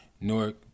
Newark—